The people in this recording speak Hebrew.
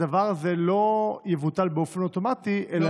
הדבר הזה לא יבוטל באופן אוטומטי אלא